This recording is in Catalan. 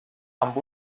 amb